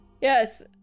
Yes